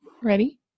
Ready